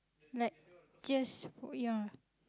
like just for ya